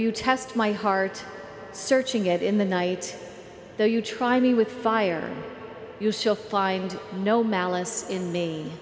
you test my heart searching it in the night so you try me with fire you still find no malice in